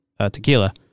tequila